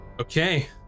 okay